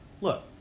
Look